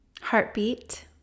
Heartbeat